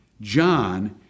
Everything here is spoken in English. John